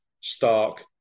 Stark